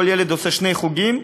כל ילד בשני חוגים,